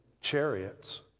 chariots